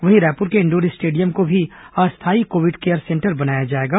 वहीं रायपुर के indoor stadium को भी अस्थायी कोविड केयर सेंटर बनाया जाएगा